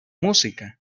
música